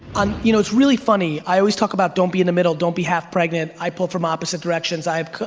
um you know, it's really funny. i always talk about, don't be in the middle, don't be half pregnant, i pull from opposite directions, i have.